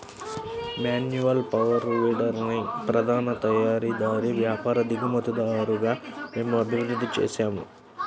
manual power వీడర్ని ప్రధాన తయారీదారు, వ్యాపారి, దిగుమతిదారుగా మేము అభివృద్ధి చేసాము